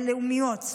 לאומיות,